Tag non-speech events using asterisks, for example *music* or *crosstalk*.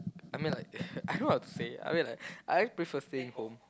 I mean like *noise* I don't know what to say I mean like I just prefer staying home